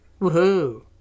Woohoo